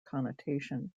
connotation